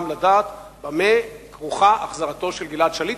לדעת במה כרוכה החזרתו של גלעד שליט,